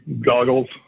goggles